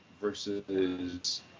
versus